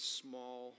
small